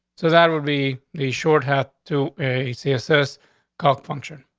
so that would be the short hat to a css called function.